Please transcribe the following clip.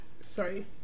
sorry